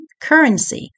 Currency